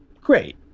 great